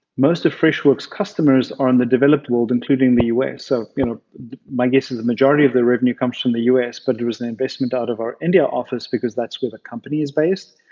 most of freshworksaeur customers are in the developed world including the us. so you know my guess is the majority of the revenue comes from the us, but there is an investment out of our india office because that's where the company is based.